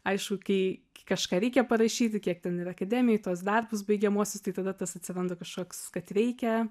aišku kai kažką reikia parašyti kiek ten ir akademijoj tuos darbus baigiamuosius tai tada tas atsiranda kažkoks kad reikia